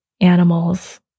animals